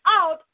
out